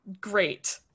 great